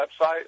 website